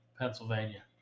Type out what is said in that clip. Pennsylvania